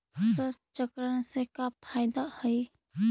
फसल चक्रण से का फ़ायदा हई?